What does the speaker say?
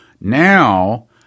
Now